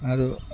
आरो